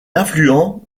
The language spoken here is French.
affluent